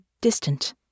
distant